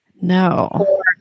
No